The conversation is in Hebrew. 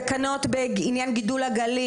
תקנות בעניין גידול עגלים,